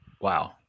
wow